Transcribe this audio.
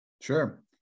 Sure